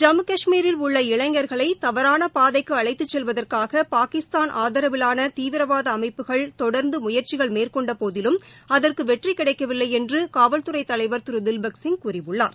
ஜம்மு கஷ்மீரில் உள்ள இளைஞா்களை தவறான பாதைக்கு அளழத்துச் செல்வதற்காக பாகிஸ்தான் ஆதரவிலாள தீவிரவாத அமைப்புகள் தொடர்ந்து முயற்சிகள் மேற்கொண்டபோதிலும் அதற்கு வெற்றி கிடைக்கவில்லை என்று காவல்துறை தலைவர் திரு தில்பக் சிங் கூழியுள்ளார்